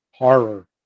horror